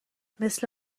مثل